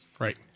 Right